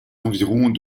environs